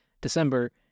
December